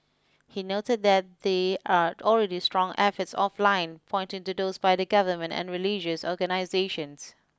he noted that they are already strong efforts offline pointing to those by the government and religious organisations